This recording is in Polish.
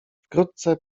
wkrótce